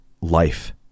life